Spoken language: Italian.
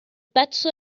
pezzo